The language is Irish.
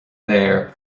léir